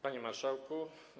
Panie Marszałku!